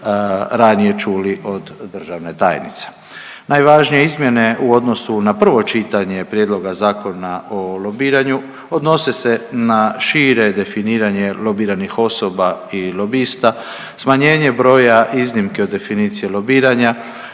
ranije čuli od državne tajnice. Najvažnije izmjene u odnosu na prvo čitanje prijedloga zakona o lobiranju, odnose se na šire definiranje lobiranih osoba i lobista, smanjenje broja iznimke od definicije lobiranja,